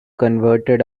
converted